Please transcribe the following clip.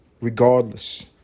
regardless